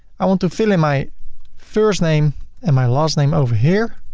i want to fill in my first name and my last name over here